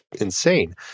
insane